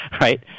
right